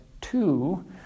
two